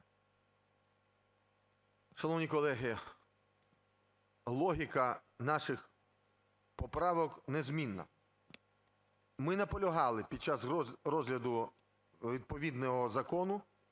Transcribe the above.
Шановні колеги, логіка наших поправок незмінна, ми наполягали під час розгляду відповідного закону,